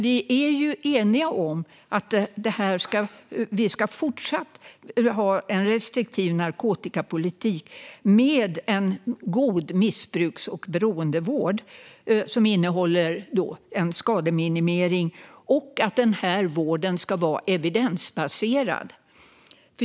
Vi är ju eniga om att vi fortsatt ska ha en restriktiv narkotikapolitik med en god missbruks och beroendevård som innehåller skademinimering och om att denna vård ska vara evidensbaserad.